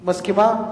מסכימה?